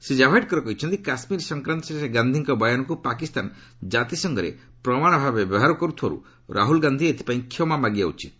ଶ୍ରୀ ଜାଭଡେକର କହିଛନ୍ତି କାଶ୍ମୀର ସଂକ୍ରାନ୍ତରେ ଶ୍ରୀ ଗାନ୍ଧିଙ୍କ ବୟାନକୁ ପାକିସ୍ତାନ ଜାତିସଂଘରେ ପ୍ରମାଣ ଭାବେ ବ୍ୟବହାର କରୁଥିବାରୁ ରାହୁଲ ଗାନ୍ଧି ଏଥିପାଇଁ କ୍ଷମାମାଗିବା ଉଚିତ୍